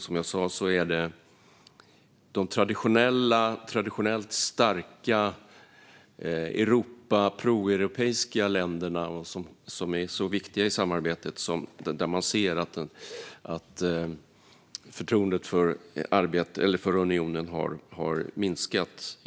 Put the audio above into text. Som jag sa är det i de traditionellt starka pro-europeiska länderna, som är så viktiga i samarbetet, man ser att förtroendet för unionen har minskat.